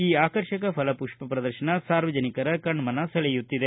ಈ ಆಕರ್ಷಕ ಫಲ ಪುಪ್ಪ ಪ್ರದರ್ಶನ ಸಾರ್ವಜನಿಕರ ಕಣ್ಣನ ಸೆಳೆಯುತ್ತಿದೆ